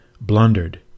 blundered